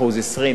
21%,